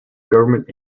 government